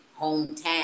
hometown